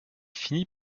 finis